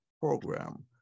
program